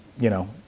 you know,